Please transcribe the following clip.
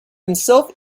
himself